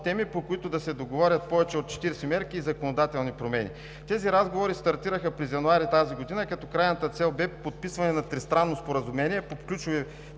подтеми, по които да се договарят повече от 40 мерки и законодателни промени. Тези разговори стартираха през месец януари тази година. Крайната цел бе подписване на тристранно споразумение по ключови